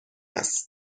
است